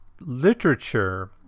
literature